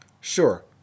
Sure